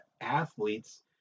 athletes